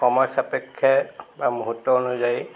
সময় সাপেক্ষে বা মুহূর্ত অনুযায়ী